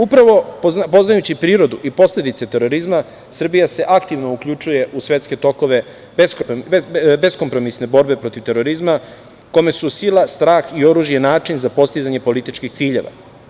Upravo poznajući prirodu i posledice terorizma Srbija se aktivno uključuje u svetske tokove beskompromisne borbe protiv terorizma kome su sila, strah i oružje i način za postizanje političkih ciljeva.